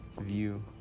view